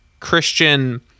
christian